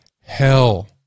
hell